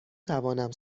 توانم